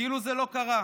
כאילו זה לא קרה,